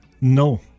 No